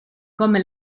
come